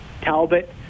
Talbot